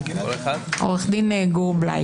עורך דין גור בליי,